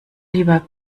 lieber